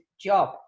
job